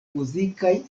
muzikaj